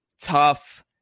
tough